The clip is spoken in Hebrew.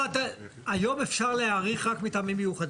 היום אפשר להאריך רק מטעמים מיוחדים.